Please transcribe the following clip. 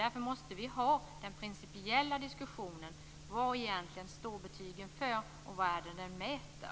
Därför måste vi ha den principiella diskussionen om vad betygen egentligen står för och vad de mäter.